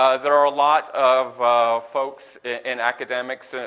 ah there are a lot of folks in academics, ah